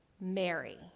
Mary